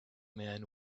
man